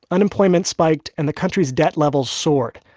unemployment spiked, and the country's debt levels soared.